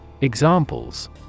examples